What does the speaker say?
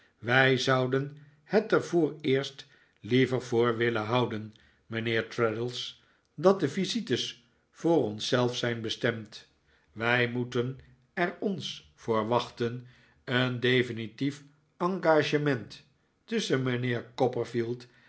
wij zouden het er vooreerst liever voor willen houden mijnheer traddles dat de visites voor ons zelf zijn bestemd wij moeten er ons voor wachten een definitief engagement tusschen mijnheer